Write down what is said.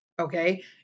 Okay